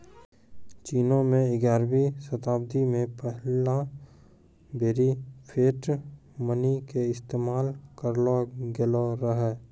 चीनो मे ग्यारहवीं शताब्दी मे पहिला बेरी फिएट मनी के इस्तेमाल करलो गेलो रहै